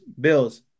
Bills